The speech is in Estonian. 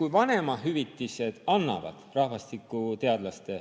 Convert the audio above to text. Kui vanemahüvitised rahvastikuteadlaste